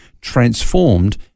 transformed